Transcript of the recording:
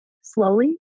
slowly